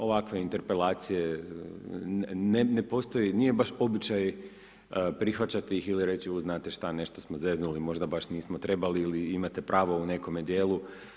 Ovakve interpelacije, ne postoji, nije baš običaj prihvaćati ih ili reći, u znate šta, nešto smo zeznuli, možda baš nismo trebali, ili imate pravo u nekome dijelu.